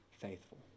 faithful